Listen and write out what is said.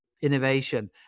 innovation